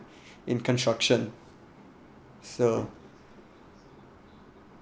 in construction so